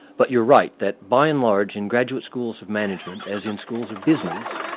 but you're right that, by and large, in graduate schools of management, as in schools of business,